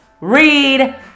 read